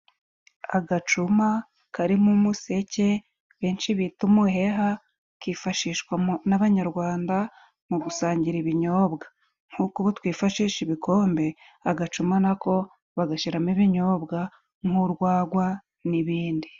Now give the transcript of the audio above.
Agacuma karimo umuseke benshi bita umuheha, kifashishwa n'abanyarwanda mu gusangira ibinyobwa nkuko ubu twifashisha ibikombe, agacuma nako bagashyiramo ibinyobwa nk'urwagwa n'ibindi.